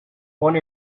one